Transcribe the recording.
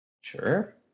Sure